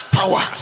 power